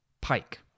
Pike